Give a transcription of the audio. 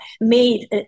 made